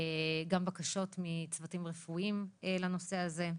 גם בקשות מצוותים רפואיים לנושא הזה,